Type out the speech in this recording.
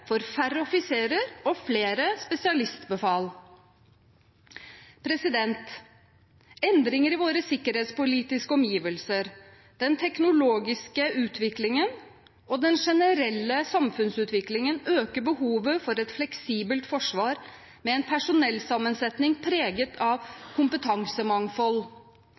for færre offiserer og flere spesialistbefal. Endringer i våre sikkerhetspolitiske omgivelser, den teknologiske utviklingen og den generelle samfunnsutviklingen øker behovet for et fleksibelt forsvar med en personellsammensetning preget av kompetansemangfold.